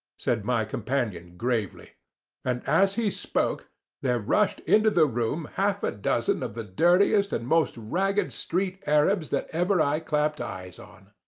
said my companion, gravely and as he spoke there rushed into the room half a dozen of the dirtiest and most ragged street arabs that ever i clapped eyes on.